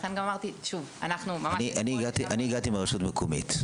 אני הגעתי מרשות מקומית,